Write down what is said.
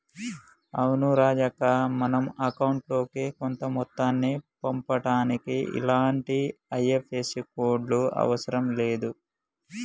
అవును రాజక్క మనం అకౌంట్ లోకి కొంత మొత్తాన్ని పంపుటానికి ఇలాంటి ఐ.ఎఫ్.ఎస్.సి కోడ్లు అవసరం లేదు